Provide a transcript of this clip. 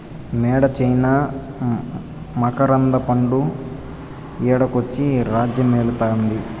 యేడ చైనా మకరంద పండు ఈడకొచ్చి రాజ్యమేలుతాంది